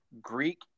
Greek